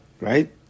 Right